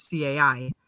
CAI